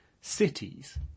Cities